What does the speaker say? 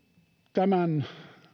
tämän